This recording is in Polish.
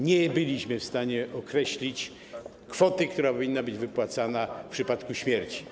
Nie byliśmy w stanie określić kwoty, która powinna być wypłacana w przypadku śmierci.